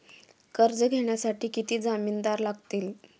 कर्ज घेण्यासाठी किती जामिनदार लागतील?